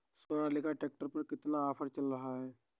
Sonalika tractor पर कितना offer चल रहा है?